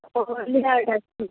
তারপর লেয়ারড আছে